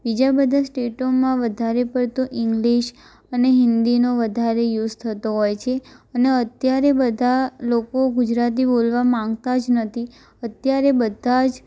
બીજા બધાં સ્ટેટોમાં વધારે પડતો ઇંગ્લિશ અને હિંદીનો વધારે યુસ થતો હોય છે અન અત્યારે બધા લોકો ગુજરાતી બોલવા માંગતા જ નથી અત્યારે બધા જ